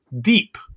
deep